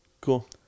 Cool